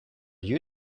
you